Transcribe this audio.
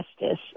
justice